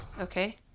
Okay